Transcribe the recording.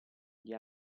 gli